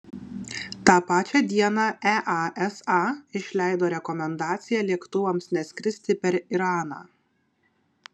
tą pačią dieną easa išleido rekomendaciją lėktuvams neskristi per iraną